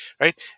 right